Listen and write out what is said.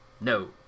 No